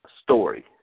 story